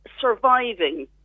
surviving